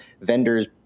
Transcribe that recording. vendors